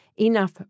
enough